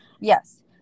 yes